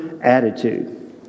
attitude